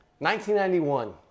1991